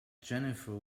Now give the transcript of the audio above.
jennifer